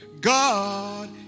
God